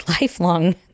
lifelong